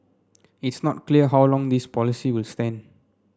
it's not clear how long this policy will stand